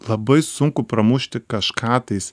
labai sunku pramušti kažką tais